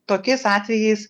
tokiais atvejais